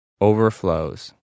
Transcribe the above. overflows